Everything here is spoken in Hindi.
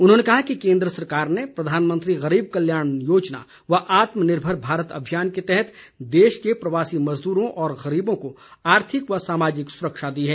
उन्होंने कहा कि केन्द्र सरकार ने प्रधानमंत्री गरीब कल्याण योजना व आत्मनिर्भर भारत अभियान के तहत देश के प्रवासी मज़दूरों और गरीबों को आर्थिक व सामाजिक सुरक्षा दी है